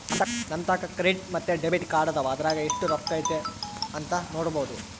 ನಂತಾಕ ಕ್ರೆಡಿಟ್ ಮತ್ತೆ ಡೆಬಿಟ್ ಕಾರ್ಡದವ, ಅದರಾಗ ಎಷ್ಟು ರೊಕ್ಕತೆ ಅಂತ ನೊಡಬೊದು